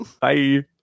Bye